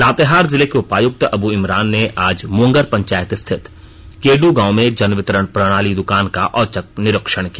लातेहार जिले के उपायुक्त अब् इमरान ने आज मोंगर पंचायत स्थित केडू गांव में जन वितरण प्रणाली दुकान का औचक निरीक्षण किया